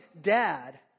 dad